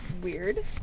weird